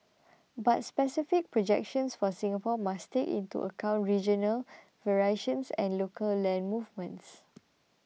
but specific projections for Singapore must take into account regional variations and local land movements